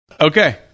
Okay